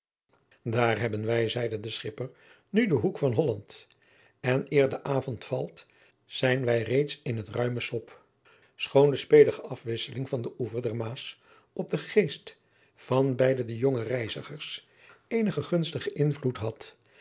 daar hebben wij zeide de schipper nu den hoek van holland en eer de avond valt zijn wij reeds in het ruime sop schoon de spedige afwisseling van den oever der maas op den geest van beide de jonge reizigers eenigen gunstigen invloed had